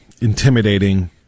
intimidating